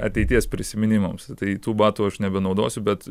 ateities prisiminimams tai tų batų aš nebenaudosiu bet